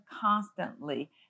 constantly